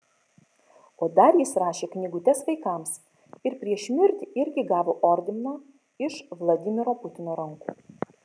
o dar jis rašė knygutes vaikams ir prieš mirtį irgi gavo ordiną iš vladimiro putino rankų